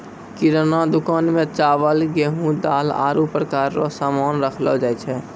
किराना दुकान मे चावल, गेहू, दाल, आरु प्रकार रो सामान राखलो जाय छै